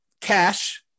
Cash